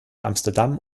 amsterdam